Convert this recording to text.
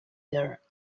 there